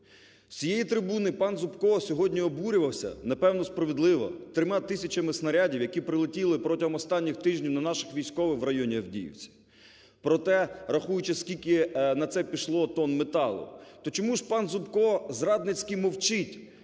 З цієї трибуни пан Зубко сьогодні обурювався, напевно, справедливо, трьома тисячами снарядів, які прилетіли протягом останніх тижнів на наших військових в районі Авдіївки, проте, рахуючи, скільки на це пішло тонн металу, то чому ж пан Зубко зрадницькі мовчить,